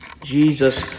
Jesus